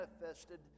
manifested